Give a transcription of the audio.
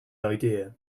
idea